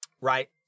right